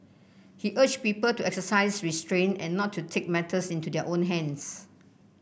he urge people to exercise restraint and not to take matters into their own hands